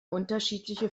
unterschiedliche